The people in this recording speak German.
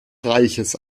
reiches